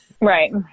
right